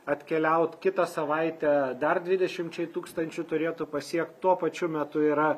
atkeliaut kitą savaitę dar dvidešimčiai tūkstančių turėtų pasiekt tuo pačiu metu yra